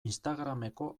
instagrameko